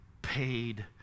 paid